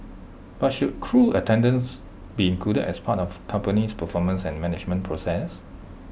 but should crew attendance be included as part of company's performance and management process